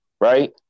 Right